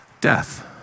death